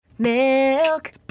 Milk